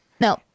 No